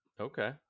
okay